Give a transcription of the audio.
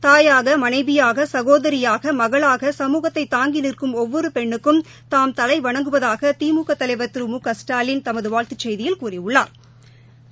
தாயாக மனைவியாக சகோதரியாக மகளாக சமூகத்தைதாங்கிநிற்கும் ஒவ்வொருபெண்னுக்கும் தாம் தலைவணங்குவதாகதிமுகதலைவா் திரு மு க ஸ்டாலின் தமதுவாழ்த்துச் செய்தியில் கூறியுள்ளாா்